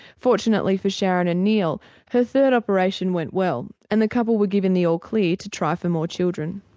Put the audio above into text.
fortunately for sharon and neil her third operation went well and the couple were given the all clear to try for more children.